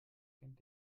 kennt